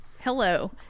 hello